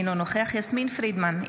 אינו נוכח יסמין פרידמן,